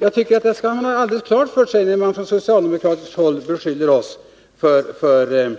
Man skall ha detta klart för sig när socialdemokraterna beskyller oss för